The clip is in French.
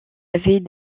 avait